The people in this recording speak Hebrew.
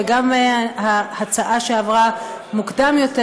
וגם ההצעה שעברה מוקדם יותר,